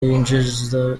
yinjiza